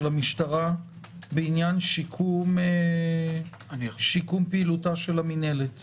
המשטרה בעניין שיקום פעילותה של המינהלת?